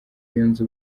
yunze